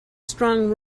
strong